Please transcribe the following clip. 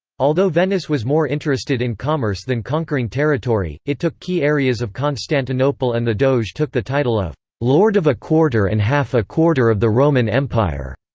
although venice was more interested in commerce than conquering territory, it took key areas of constantinople and the doge took the title of lord of a quarter and half a quarter of the roman empire.